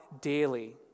daily